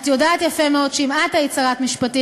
את יודעת יפה מאוד שאם את היית שרת משפטים,